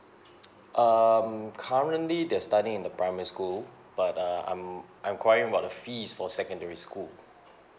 um currently they're studying in the primary school but uh I'm enquiring about the fees for secondary school